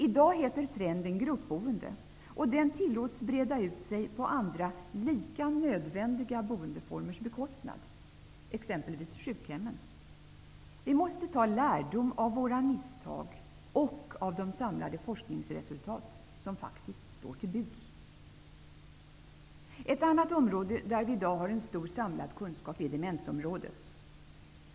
I dag heter trenden gruppboende, och den tillåts breda ut sig på andra lika nödvändiga boendeformers bekostnad -- exempelvis sjukhemmens. Vi måste ta lärdom av våra misstag och av de samlade forskningsresultat som faktiskt står till buds. Ett annat område där vi i dag har en stor samlad kunskap är demensområdet.